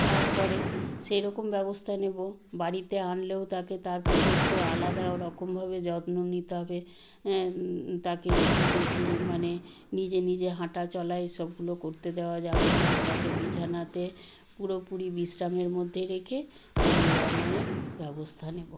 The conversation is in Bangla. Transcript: তারপরে সেরকম ব্যবস্থা নেব বাড়িতে আনলেও তাকে তার প্রতি একটু আলাদা ওরকমভাবে যত্ন নিতে হবে তাকে বেশি মানে নিজে নিজে হাঁটাচলা এসবগুলো করতে দেওয়া যাবে না তাকে বিছানাতে পুরোপুরি বিশ্রামের মধ্যে রেখে তার নিরাময়ের ব্যবস্থা নেব